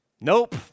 Nope